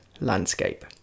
landscape